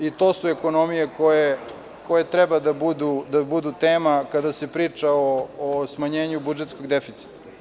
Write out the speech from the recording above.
I to su ekonomije koje treba da budu tema kada se priča o smanjenju budžetskog deficita.